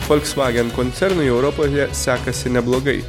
folksvagen koncernui europoje sekasi neblogai